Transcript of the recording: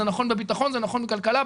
זה נכון בביטחון, זה נכון בכלכלה.